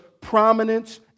prominence